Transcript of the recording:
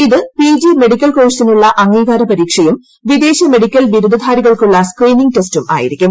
ഇത് PG medical കോഴ്സിനുള്ള അംഗീകാര പരീക്ഷയും വിദേശ മെഡിക്കൽ ബിരുദധാരികൾക്കുള്ള സ്ക്രീനിംഗ് ടെസ്റ്റും ആയിരിക്കും